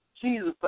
Jesus